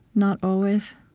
not always.